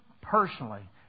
personally